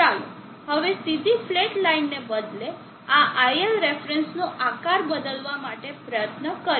ચાલો હવે સીધી ફ્લેટ લાઇન હોવાને બદલે આ iLref નો આકાર બદલવા માટે પ્રયત્ન કરીએ